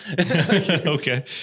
Okay